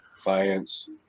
clients